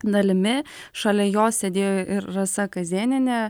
dalimi šalia jos sėdėjo ir rasa kazėnienė